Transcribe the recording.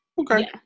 Okay